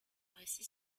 récit